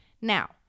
Now